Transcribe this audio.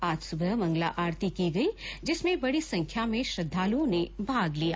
आज सुबह मंगला आरती की गई जिसमें बडी संख्या में श्रद्वालुओं ने भाग लिया